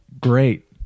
great